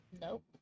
Nope